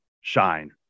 shine